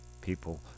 People